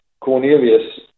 Cornelius